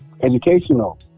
educational